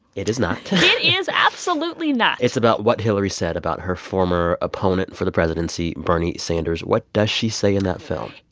it is not it is absolutely not it's about what hillary said about her former opponent for the presidency, bernie sanders. what does she say in that film?